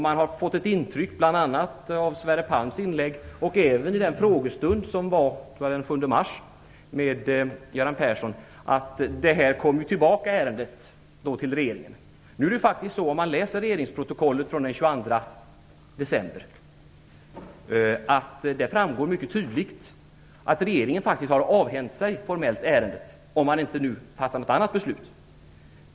Man har fått ett intryck, bl.a. av Sverre Palms inlägg och även av den frågestund som ägde rum den 7 mars med Göran Persson, att ärendet kommer tillbaka till regeringen. Om man läser regeringsprotokollet från den 22 december upptäcker man att det framgår mycket tydligt att regeringen faktiskt formellt har avhänt sig ärendet, om man inte nu fattar något annat beslut.